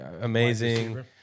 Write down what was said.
Amazing